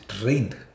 trained